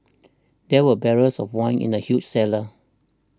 there were barrels of wine in the huge cellar